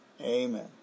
Amen